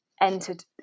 entered